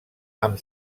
amb